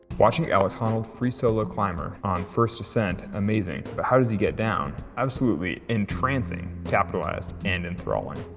watching alex honnold, free solo climber on first ascent amazing, but how does he get down? absolutely entrancing, capitalized, and enthralling.